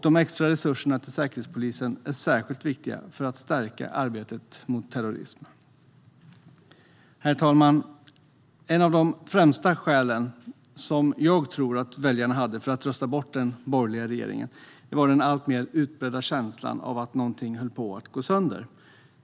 De extra resurserna till Säkerhetspolisen är särskilt viktiga för att stärka arbetet mot terrorism. Herr talman! Ett av de främsta skälen som jag tror att väljarna hade för att rösta bort den borgerliga regeringen var den alltmer utbredda känslan av att någonting höll på att gå sönder.